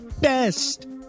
best